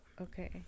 okay